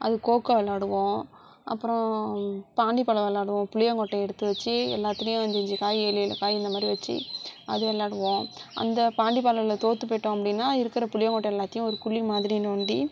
அது கோகோ விளாடுவோம் அப்புறம் பாண்டி பலவ விளாடுவோம் புளியங்கொட்டையை எடுத்து வச்சு எல்லாத்துலையும் அஞ்சஞ்சு காய் ஏழேழு காய் இந்த மாதிரி வச்சு அது விளாடுவோம் அந்த பாண்டி பலவயில் தோற்று போயிட்டோம் அப்படின்னா இருக்கிற புளியங்கொட்டை எல்லாத்தையும் ஒரு குழி மாதிரி நோண்டி